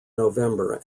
november